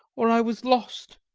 or i was lost.